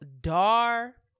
Dar